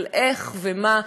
על איך ומה,